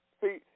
see